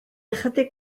ychydig